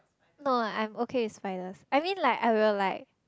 no I am okay with spiders I mean like I will like